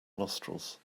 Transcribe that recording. nostrils